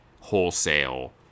wholesale